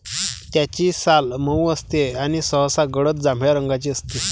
त्याची साल मऊ असते आणि सहसा गडद जांभळ्या रंगाची असते